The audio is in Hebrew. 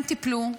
אתם תיפלו,